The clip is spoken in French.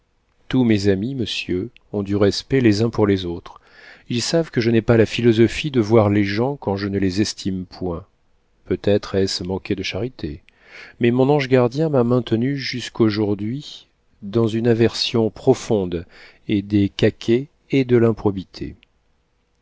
tous mes amis monsieur ont du respect les uns pour les autres ils savent que je n'ai pas la philosophie de voir les gens quand je ne les estime point peut-être est-ce manquer de charité mais mon ange gardien m'a maintenue jusqu'aujourd'hui dans une aversion profonde et des caquets et de l'improbité